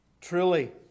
Truly